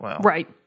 Right